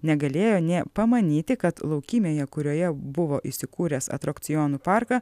negalėjo nė pamanyti kad laukymėje kurioje buvo įsikūręs atrakcionų parką